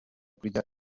kurya